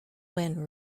when